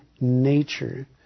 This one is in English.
nature